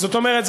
זאת אומרת,